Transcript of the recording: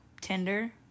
tinder